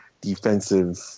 defensive